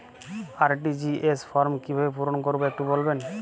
RTGS form কিভাবে পূরণ করবো একটু বলবেন?